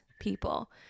people